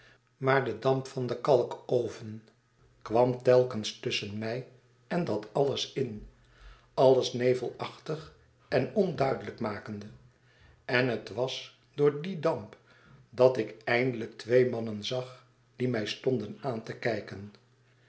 maar de damp van den kalkoven kwam telkens tusschen mij en dat alles in alles nevelachtig en onduidelijk makende en het was door dien damp dat ik eindelijk twee mannen zag die mij stonden aan te kijken